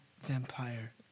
vampire